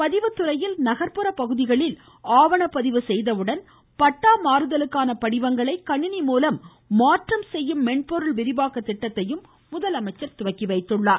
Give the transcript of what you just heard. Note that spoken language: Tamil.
பதிவுத்துறையில் நகர்ப்புற பகுதிகளில் ஆவணப் பதிவு செய்தவுடன் பட்டா மாறுதலுக்கான படிவங்களை கணிணி மூலம் மாற்றம் செய்யும் மென்பொருள் விரிவாக்கத் திட்டத்தையும் முதலமைச்சர் துவக்கி வைத்தார்